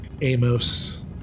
Amos